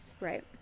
Right